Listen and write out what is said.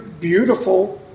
beautiful